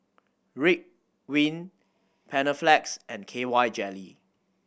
Ridwind Panaflex and K Y Jelly